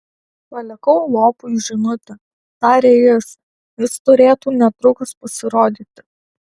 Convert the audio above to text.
palikau lopui žinutę tarė jis jis turėtų netrukus pasirodyti